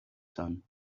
son